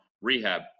rehab